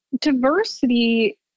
diversity